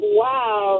wow